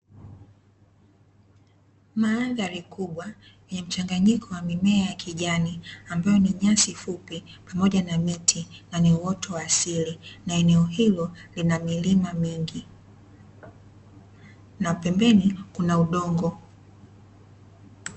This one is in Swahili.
Mandhari kubwa yenye mchanganyiko wa mimea ya kijani ambayo ni nyasi fupi pamoja na miti ambayo ni uoto wa asili, na eneo hilo lina milima mingi; na pembeni kuna udongo.